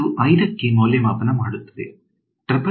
ಇದು 5 ಕ್ಕೆ ಮೌಲ್ಯಮಾಪನ ಮಾಡುತ್ತದೆ